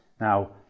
Now